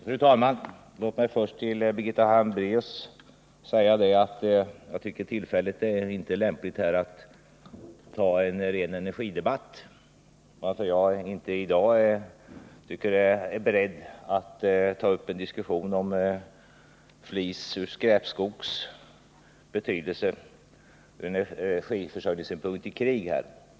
Fru talman! Låt mig först till Birgitta Hambraeus säga att jag inte tycker tillfället är lämpligt att föra en ren energidebatt, varför jag inte i dag är beredd att ta upp en diskussion om betydelsen av flis från energiförsörjningssynpunkt i krig.